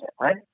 right